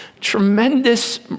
tremendous